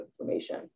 information